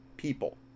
people